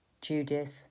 Judith